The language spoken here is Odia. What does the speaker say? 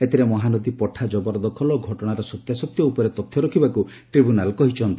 ଏଥିରେ ମହାନଦୀ ପଠା ଜବରଦଖଲ ଓ ଘଟଶାର ସତ୍ୟାସତ୍ୟ ଉପରେ ତଥ୍ୟ ରଖିବାକୁ ଟିବୁନାଲ୍ କହିଛନ୍ତି